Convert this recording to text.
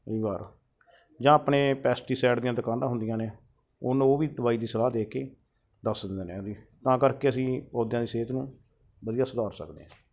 ਕਈ ਵਾਰ ਜਾਂ ਆਪਣੇ ਪੈਸਟੀਸਾਈਡ ਦੀਆਂ ਦੁਕਾਨਾਂ ਹੁੰਦੀਆਂ ਨੇ ਉਹਨੂੰ ਉਹ ਵੀ ਦਵਾਈ ਦੀ ਸਲਾਹ ਦੇ ਕੇ ਦੱਸ ਦਿੰਦੇ ਨੇ ਵੀ ਤਾਂ ਕਰਕੇ ਅਸੀਂ ਪੌਦਿਆਂ ਦੀ ਸਿਹਤ ਨੂੰ ਵਧੀਆ ਸੁਧਾਰ ਸਕਦੇ ਹੈ